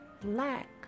black